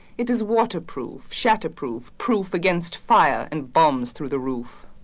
it is waterproof shatter proof proof against fire and bombs through the roof.